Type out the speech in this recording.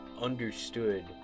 understood